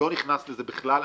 לא נכנס לזה בכלל.